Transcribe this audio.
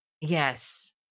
Yes